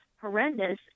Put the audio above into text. horrendous